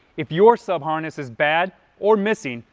if your sub-harness is bad or missing,